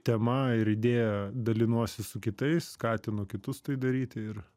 tema ir idėja dalinuosi su kitais skatinu kitus tai daryti ir